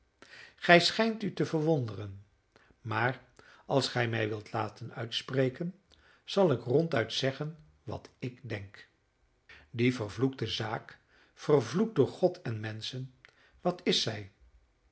gij schijnt u te verwonderen maar als gij mij wilt laten uitspreken zal ik ronduit zeggen wat ik denk die vervloekte zaak vervloekt door god en menschen wat is zij